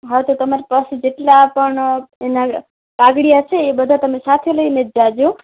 હા તો તમારી પાસે જેટલા પણ એનાં કાગળિયા છે એ બધાં તમે સાથે લઈને જ જાજો